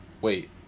Wait